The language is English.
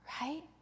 right